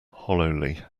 hollowly